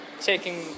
taking